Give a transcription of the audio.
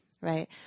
Right